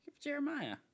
Jeremiah